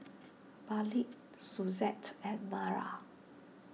Malik Suzette and Mara